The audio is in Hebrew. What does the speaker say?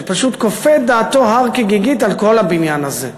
שפשוט כופה את דעתו הר כגיגית על כל הבניין הזה,